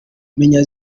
menya